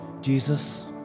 Jesus